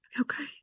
Okay